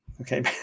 okay